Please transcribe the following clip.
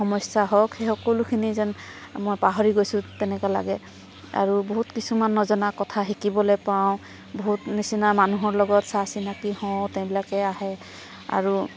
সমস্যা হওক সেই সকলোখিনি যেন মই পাহৰি গৈছোঁ তেনেকুৱা লাগে আৰু বহুত কিছুমান নজনা কথা শিকিবলৈ পাওঁ বহুত নিচিনা মানুহৰ লগত চা চিনাকি হওঁ তেওঁলোকে আহে আৰু